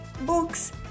books